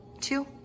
two